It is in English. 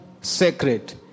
sacred